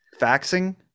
faxing